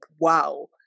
Wow